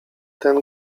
ten